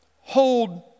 hold